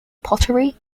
pottery